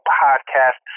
podcast